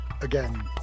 again